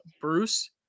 Bruce